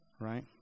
right